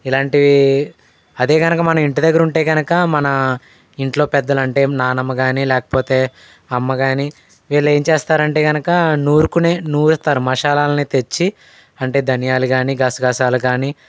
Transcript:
ఇలాంటివి అదే గనుక మనం ఇంటి దగ్గర ఉంటే గనుక మన ఇంట్లో పెద్దలంటే నానమ్మగానీ లేకపోతే అమ్మగానీ వీళ్ళు ఏం చేస్తారంటే గనుక నూరుకునే నూరుతరు మసాలాలన్నీ తెచ్చి అంటే ధనియాలు గానీ గసగసాలు గానీ